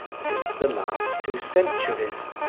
since the last two centuries.